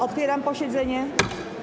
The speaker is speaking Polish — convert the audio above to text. Otwieram posiedzenie.